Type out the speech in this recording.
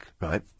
right